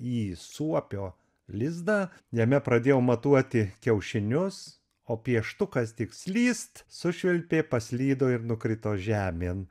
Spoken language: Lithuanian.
į suopio lizdą jame pradėjau matuoti kiaušinius o pieštukas tik slyst sušvilpė paslydo ir nukrito žemėn